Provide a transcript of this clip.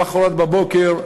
למחרת בבוקר,